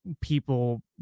people